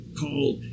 called